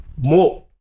more